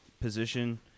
position